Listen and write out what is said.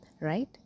right